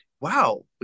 wow